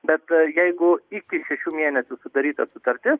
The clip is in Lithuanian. bet jeigu iki šešių mėnesių sudaryta sutartis